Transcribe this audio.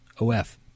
O-F